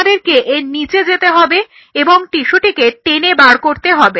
তোমাদেরকে এর নিচে যেতে হবে এবং টিস্যুটিকে টেনে বার করতে হবে